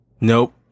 Nope